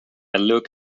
look